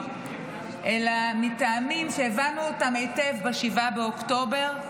אלא מטעמים שהבנו היטב ב-7 באוקטובר,